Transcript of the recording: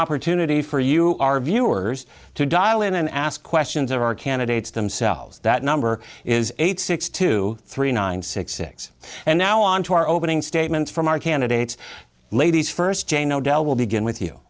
opportunity for you our viewers to dial in and ask questions of our candidates themselves that number is eight six to three nine six six and now on to our opening statements from our candidates ladies first jane o'dell will begin with you